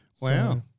Wow